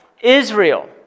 Israel